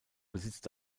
besitzt